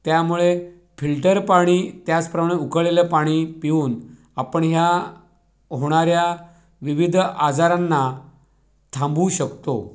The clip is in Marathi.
त्यामुळे फिल्टर पाणी त्याचप्रमाणे उकळलेलं पाणी पिऊन आपण ह्या होणाऱ्या विविध आजारांना थांबवू शकतो